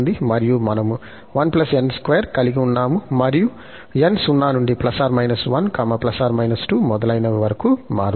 మరియు మనము 1 n2 కలిగి ఉన్నాము మరియు n 0 నుండి ±1±2 మొదలైనవి వరకు మారుతుంది